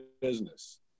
business